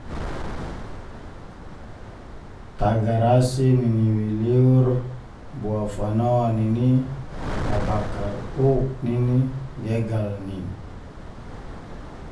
Tagarasi nini liliur bo fano nini, tabakar uk nini, jegal nini